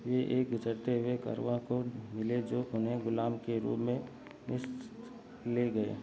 ये एक गुज़रते हुए कारवां को मिले जो उन्हें ग़ुलाम के रूप में मिस्र ले गए